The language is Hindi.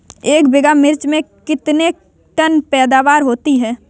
एक बीघा मिर्च में कितने टन पैदावार होती है?